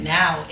now